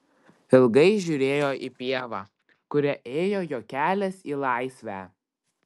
ilgai žiūrėjo į pievą kuria ėjo jo kelias į laisvę